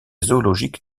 zoologique